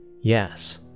Yes